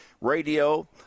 Radio